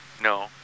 No